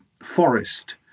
forest